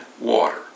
water